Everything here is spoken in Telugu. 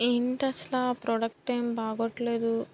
ఏంటి అసలు ఆ ప్రోడక్ట్ ఏమి బాగోట్లేదు